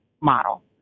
model